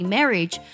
Marriage